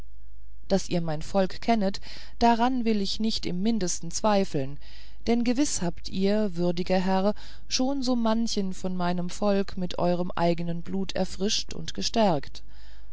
daß ihr mein volk kennet daran will ich nicht im mindesten zweifeln denn gewiß habt ihr würdiger herr schon so manchen von meinem volk mit euerm eignen blut erfrischt und gestärkt